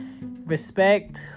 Respect